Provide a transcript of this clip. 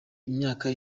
imyaka